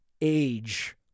age